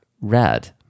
Red